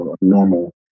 normal